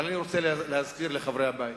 אבל אני רוצה להזכיר לחברי הבית: